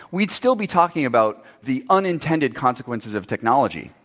we'd still be talking about the unintended consequences of technology.